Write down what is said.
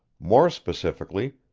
more specifically,